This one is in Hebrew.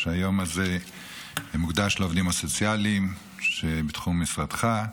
היום הזה מוקדש לעובדים הסוציאליים שבתחום משרדך.